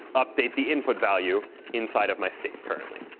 update the input value inside of my state currently.